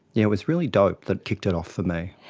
yeah it was really dope that kicked it off for me.